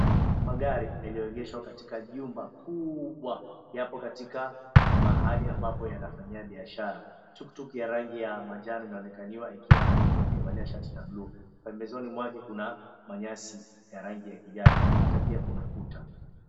Magari yaliyoegesheshwa katika jumba kubwa yapo katika mahali ambapo yanafanyiwa biashara. Tuktuk ya rangi ya manjano inaonekaniwa ikiwa na mtu aliyevaa shati ya bluu. Pembezoni mwake kuna nyasi ya rangi ya kijani hata pia kuna kuta.